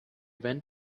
went